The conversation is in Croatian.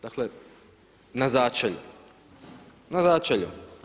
Dakle, na začelju, na začelju.